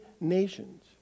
nations